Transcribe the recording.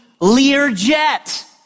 Learjet